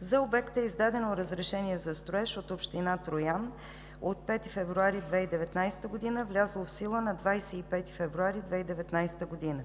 За обекта е издадено разрешение за строеж от община Троян от 5 февруари 2019 г., влязло в сила на 25 февруари 2019 г.